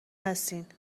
هستین